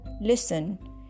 Listen